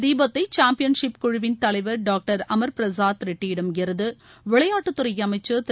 தீபத்தை சாம்பியன்ஷிப் குழுவின் தலைவர் டாங்டர் அமர்பிரசாத் ரெட்டியிடமிருந்து இந்த விளையாட்டுத்துறை அமைச்சர் திரு